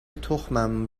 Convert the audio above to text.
تختم